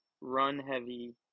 run-heavy